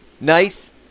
Nice